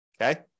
Okay